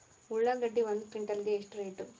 ಉಳ್ಳಾಗಡ್ಡಿ ಒಂದು ಕ್ವಿಂಟಾಲ್ ಗೆ ಎಷ್ಟು ರೇಟು?